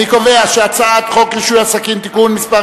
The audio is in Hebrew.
אני קובע שחוק רישוי עסקים (תיקון מס'